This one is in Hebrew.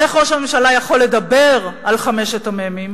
איך ראש הממשלה יכול לדבר על חמשת המ"מים